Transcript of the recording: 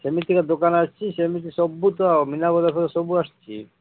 ସେମିତିକା ଦୋକାନ ଆସିଛି ସେମିତି ସବୁ ତ ଆଉ ମୀନାବଜାର୍ ଫଜର୍ ସବୁ ଆସିଛି